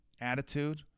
Attitude